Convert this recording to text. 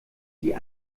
die